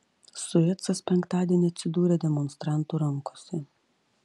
suecas penktadienį atsidūrė demonstrantų rankose